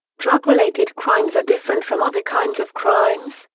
drug-related crimes are different from other kinds of crimes,